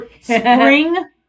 Spring